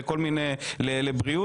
לבריאות.